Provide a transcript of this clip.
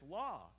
law